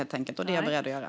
Det är jag beredd att göra.